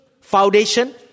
foundation